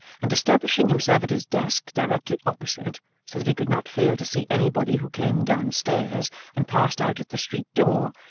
and establishing himself at his desk directly opposite, so that he could not fail to see anybody who came down-stairs and passed out at the street door,